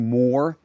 more